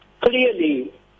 clearly